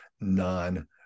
non